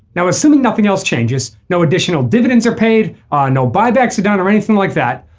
now assuming nothing else changes no additional dividends are paid or no buybacks are down or anything like that.